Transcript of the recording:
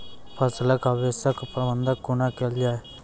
फसलक अवशेषक प्रबंधन कूना केल जाये?